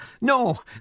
No